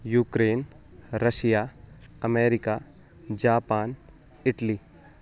Ukraine Russia America Japan Italy